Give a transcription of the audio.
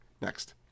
Next